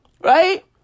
right